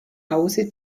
hause